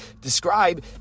describe